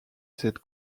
cette